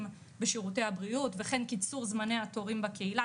בשירותי הבריאות וכן קיצור זמני התורים בקהילה,